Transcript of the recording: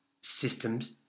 systems